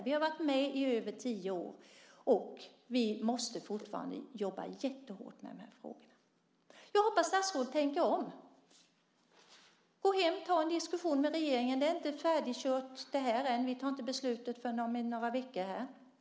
Vi har varit med i EU i över tio år, och vi måste fortfarande jobba jättehårt med de här frågorna. Jag hoppas att statsrådet tänker om. Gå hem och ta en diskussion med regeringen! Detta är inte färdigkört än; vi tar inte beslutet här förrän om några veckor.